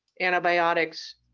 antibiotics